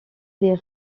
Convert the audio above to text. des